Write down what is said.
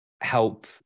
help